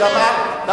זו תרבות אחרת.